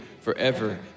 forever